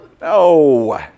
No